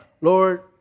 Lord